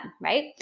right